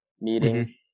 meeting